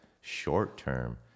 short-term